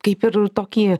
kaip ir tokį